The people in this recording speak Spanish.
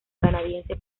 canadiense